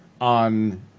on